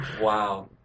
Wow